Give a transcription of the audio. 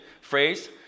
phrase